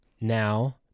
now